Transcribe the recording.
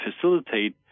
facilitate